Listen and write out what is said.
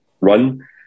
run